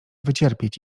wycierpieć